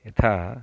यथा